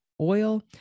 oil